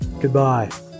goodbye